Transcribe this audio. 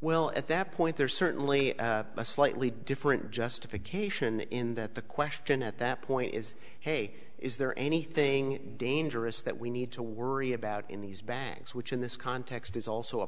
well at that point there's certainly a slightly different justification in that the question at that point is hey is there anything dangerous that we need to worry about in these banks which in this context is also a